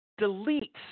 deletes